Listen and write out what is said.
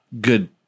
good